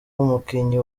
umukinnyi